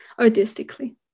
artistically